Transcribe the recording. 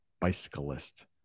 bicyclist